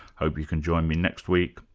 hope you can join me next week.